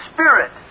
Spirit